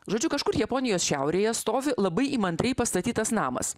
žodžiu kažkur japonijos šiaurėje stovi labai įmantriai pastatytas namas